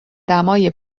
دمای